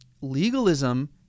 legalism